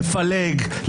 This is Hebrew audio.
לפלג,